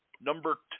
number